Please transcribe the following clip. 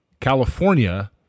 California